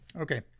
Okay